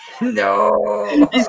No